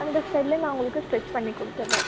அந்த ஸ்டைல்லியே நான் உங்களுக்கு ஸ்டிச் பண்ணி கொடுத்துட்றன்